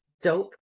dope